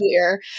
clear